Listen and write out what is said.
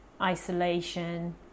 isolation